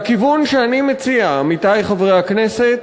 הכיוון שאני מציע, עמיתי חברי הכנסת,